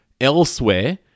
elsewhere